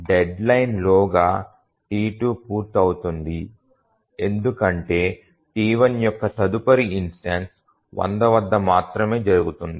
డెడ్లైన్లోగా T2 పూర్తవుతుంది ఎందుకంటే T1 యొక్క తదుపరి ఇన్స్టెన్సు 100 వద్ద మాత్రమే జరుగుతుంది